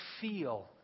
feel